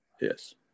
Yes